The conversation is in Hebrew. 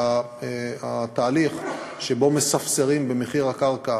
התהליך שבו מספסרים בקרקע,